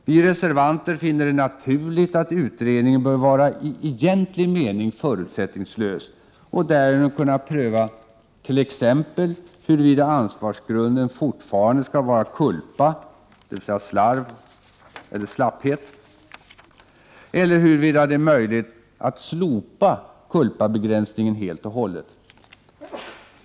Vi reservanter finner det naturligt att utredningen bör vara i egentlig mening förutsättningslös och därigenom kunna pröva t.ex. huruvida ansvarsgrunden fortfarande skall vara culpa, dvs. slarv och slapphet, eller huruvida det är möjligt att slopa culpabegränsningen helt och hållet.